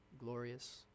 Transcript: glorious